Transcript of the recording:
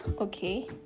okay